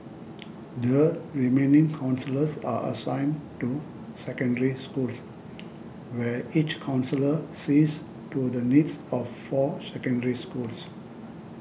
the remaining counsellors are assigned to Secondary Schools where each counsellor sees to the needs of four Secondary Schools